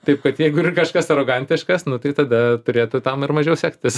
taip kad jeigu ir kažkas arogantiškas nu tai tada turėtų tam ir mažiau sektis